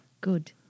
good